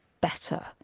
better